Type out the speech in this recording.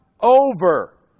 over